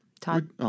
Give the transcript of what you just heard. Todd